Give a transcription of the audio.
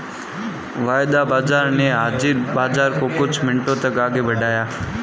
वायदा बाजार ने हाजिर बाजार को कुछ मिनटों तक आगे बढ़ाया